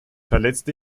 verletzt